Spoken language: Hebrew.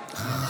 התשפ"ג 2023,